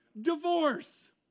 Divorce